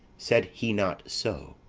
said he not so?